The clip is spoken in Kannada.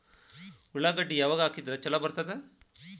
ಉಳ್ಳಾಗಡ್ಡಿ ಯಾವಾಗ ಹಾಕಿದ್ರ ಛಲೋ ಬರ್ತದ?